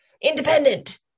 independent